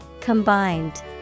Combined